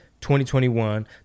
2021